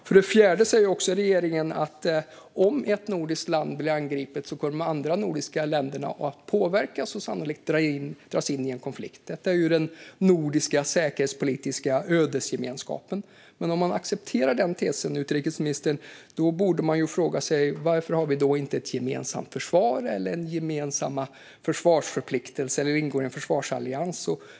För det fjärde säger också regeringen att om ett nordiskt land blir angripet kommer de andra nordiska länderna att påverkas och sannolikt dras in i en konflikt. Detta är den nordiska säkerhetspolitiska ödesgemenskapen. Men om vi accepterar den tesen, utrikesministern, borde vi fråga oss varför vi inte har ett gemensamt försvar, gemensamma försvarsförpliktelser eller ingår i en försvarsallians.